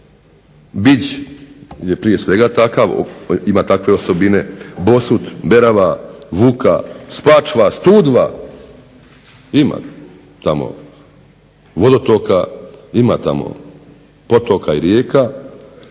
Viđ je prije svega takav, ima takve osobine, Bosut, Berava, Vuka, Spačva, Studva, ima tamo vodotoka, ima tamo potoka i rijeka